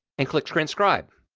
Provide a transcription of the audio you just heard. and click transcribe.